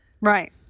Right